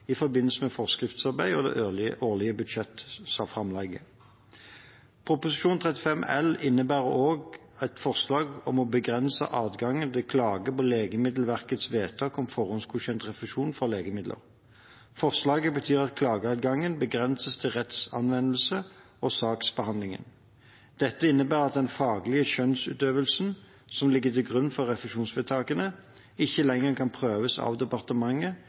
i forbindelse med forskriftsarbeid og det årlige budsjettframlegget. Prop. 35 L innebærer også et forslag om å begrense adgangen til klage på Legemiddelverkets vedtak om forhåndsgodkjent refusjon for legemidler. Forslaget betyr at klageadgangen begrenses til rettsanvendelse og saksbehandling. Dette innebærer at den faglige skjønnsutøvelsen som ligger til grunn for refusjonsvedtakene, ikke lenger kan prøves av departementet